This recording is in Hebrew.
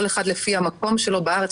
כל אחד לפי המקום שלו בארץ,